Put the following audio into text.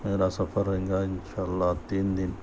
میرا سفر رہیں گا انشاء اللہ تین دِن